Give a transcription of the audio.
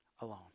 alone